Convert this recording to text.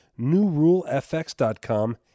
NewRuleFX.com